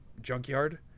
Junkyard